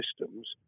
systems